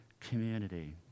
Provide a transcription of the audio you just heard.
community